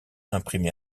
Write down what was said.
imprimé